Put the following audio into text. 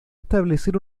establecer